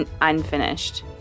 unfinished